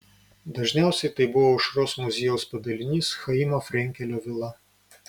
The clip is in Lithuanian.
dažniausiai tai buvo aušros muziejaus padalinys chaimo frenkelio vila